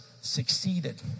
succeeded